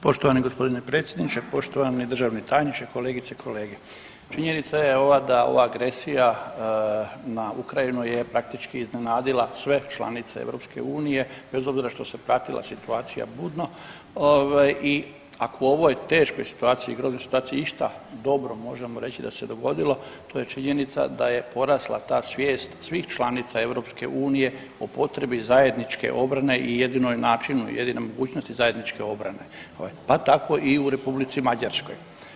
Poštovani gospodine predsjedniče, poštovani državni tajniče, kolegice i kolege, činjenica je ova da ova agresija na Ukrajinu je praktički iznenadila sve članice EU bez obzira što se pratila situacija budno ovaj i ako u ovoj teškoj situaciji, groznoj situaciji išta dobro možemo reći da se dogodilo to je činjenica da je porasla ta svijest svih članica EU o potrebi zajedničke obrane i jedinom načinu, jedinoj mogućnosti zajedničke obrane pa tako i u Republici Mađarskoj.